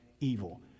evil